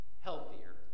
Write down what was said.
healthier